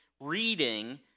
reading